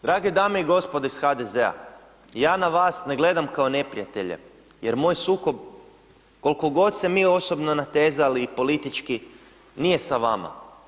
Drage dame i gospodo iz HDZ-a, na vas ne gledam kao neprijatelje jer moj sukob, koliko god se mi osobno natezali i politički, nije sa vama.